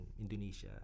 Indonesia